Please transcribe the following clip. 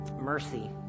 Mercy